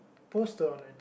poster on it